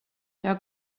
jag